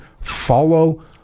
follow